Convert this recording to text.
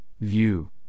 view